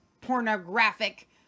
pornographic